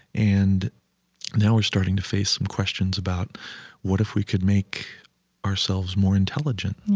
and now we're starting to face some questions about what if we could make ourselves more intelligent?